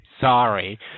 Sorry